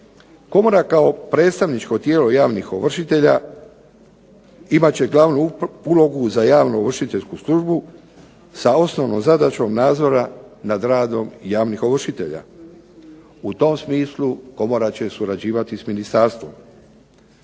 Komora kao predstavničko tijelo javnih ovršitelja imat će glavnu ulogu za javno ovršiteljsku službu, sa osnovnom zadaćom nadzora nad radom javnih ovršitelja. U tom smisli komora će surađivati s ministarstvom.